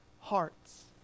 hearts